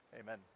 Amen